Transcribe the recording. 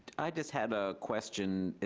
i just had a question.